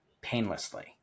painlessly